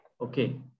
Okay